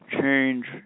change